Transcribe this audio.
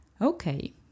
Okay